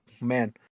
man